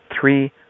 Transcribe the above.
three